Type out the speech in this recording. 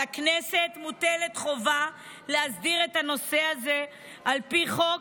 על הכנסת מוטלת חובה להסדיר את הנושא הזה על פי חוק,